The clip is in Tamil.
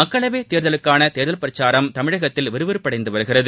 மக்களவைத் தேர்தலுக்கான தேர்தல் பிரச்சாரம் தமிழகத்தில் விறுவிறுப்படைந்து வருகிறது